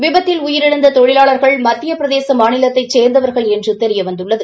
விபத்தில் உயிரிழந்த தொழிலாளர்கள் மத்திய பிரதேச மாநிலத்தைச் சேர்ந்தவர்கள் என்று தெரிய வந்துள்ளது